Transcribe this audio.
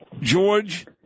George